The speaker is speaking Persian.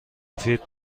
مفید